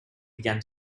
began